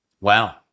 Wow